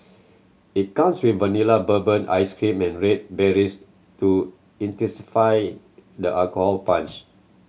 it comes with Vanilla Bourbon ice cream and red berries to intensify the alcohol punch